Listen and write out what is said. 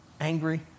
angry